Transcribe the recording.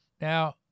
Now